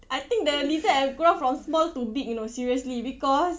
I think the lizard have grown from small to big you know seriously because